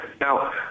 now